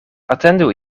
atendu